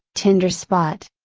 tender spot.